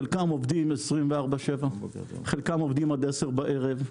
חלקם עובדים 24/7, חלקם עובדים עד 22:00 בערב.